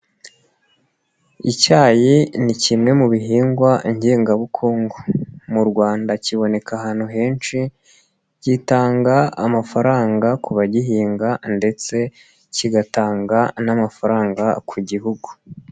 Icyayi ni kimwe mu bihingwa ngengabukungu. Mu Rwanda kiboneka ahantu henshi, gitanga amafaranga ku bagihinga ndetse kigatanga n'amafaranga ku Gihugu.